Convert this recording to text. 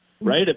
right